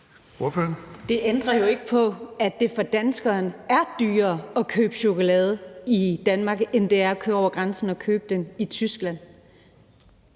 Det ændrer jo ikke på, at det for danskeren er dyrere at købe chokolade i Danmark, end det er at køre over grænsen og købe den i Tyskland.